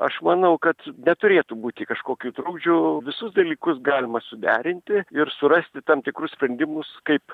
aš manau kad neturėtų būti kažkokių trukdžių visus dalykus galima suderinti ir surasti tam tikrus sprendimus kaip